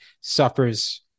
suffers